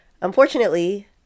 unfortunately